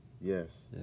Yes